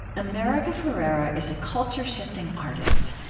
america ferrera is a culture-shifting artist.